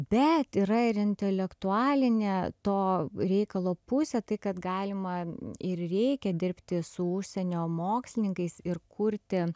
bet yra ir intelektualinė to reikalo pusė tai kad galima ir reikia dirbti su užsienio mokslininkais ir kurti